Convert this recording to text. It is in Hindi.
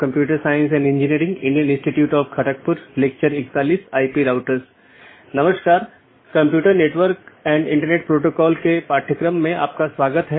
जैसा कि हम पिछले कुछ लेक्चरों में आईपी राउटिंग पर चर्चा कर रहे थे आज हम उस चर्चा को जारी रखेंगे